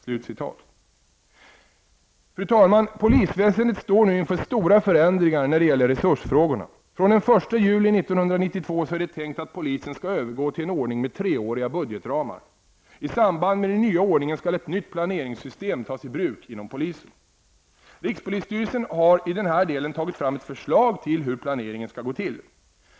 Fru talman! Polisväsendet står nu inför stora förändringar när det gäller resursfrågorna. Det är tänkt att polisen från den 1 juli 1992 skall övergå till en ordning med treåriga budgetramar. I samband med den nya ordningen skall ett nytt planeringssystem tas i bruk inom polisen. Rikspolisstyrelsen har i denna del tagit fram ett förslag till hur planeringen skall gå till.